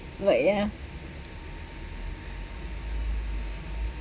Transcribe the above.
but ya